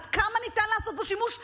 עד כמה ניתן לעשות בו שימוש ואיך.